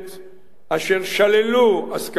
אשר שללו הסכמה כזאת